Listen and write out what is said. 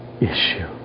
issue